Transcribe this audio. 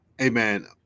Amen